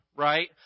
Right